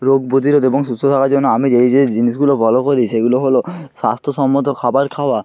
রোগ প্রতিরোধ এবং সুস্থ থাকার জন্য আমি যেই যেই জিনিসগুলো ফলো করি সেইগুলো হল স্বাস্থ্যসম্মত খাবার খাওয়া